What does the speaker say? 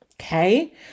Okay